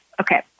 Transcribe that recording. okay